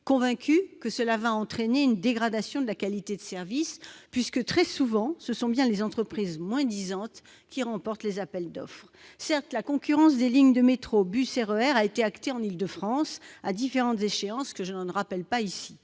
convaincus qu'elle va entraîner une dégradation de la qualité du service. Très souvent, ce sont en effet les entreprises moins-disantes qui remportent les appels d'offres. Certes, la concurrence des lignes de métro, de bus et de RER a été actée en Île-de-France, à différentes échéances, que je ne rappellerai pas ici.